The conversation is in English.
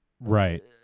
Right